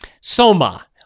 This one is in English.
Soma